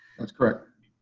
that's correct.